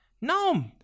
No